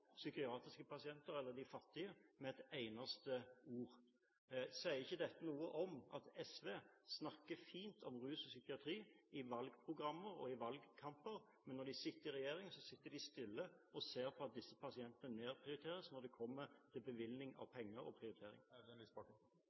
psykiatriske pasienter eller de fattige med et eneste ord. Sier ikke dette noe om at SV snakker fint om rus og psykiatri i valgprogrammer og i valgkamper, men når de sitter i regjering, sitter de stille og ser på at disse pasientene nedprioriteres når det kommer til bevilgning av penger og prioritering?